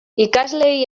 ikasleei